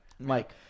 Mike